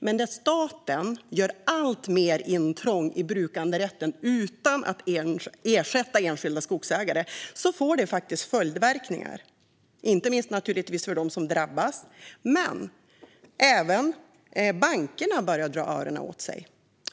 Men när staten gör alltmer intrång i brukanderätten utan att ersätta enskilda skogsägare får det följdverkningar. Det gäller naturligtvis inte minst dem som drabbas, men även bankerna börjar dra öronen åt sig.